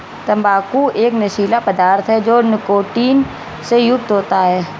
तंबाकू एक नशीला पदार्थ है जो निकोटीन से युक्त होता है